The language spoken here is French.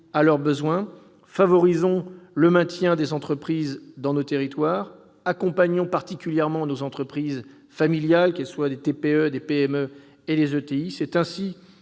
à leurs besoins. Favorisons le maintien des entreprises dans nos territoires. Accompagnons particulièrement nos entreprises familiales, qu'il s'agisse des TPE, des PME ou des ETI.